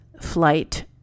flight